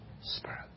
spirit